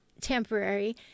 temporary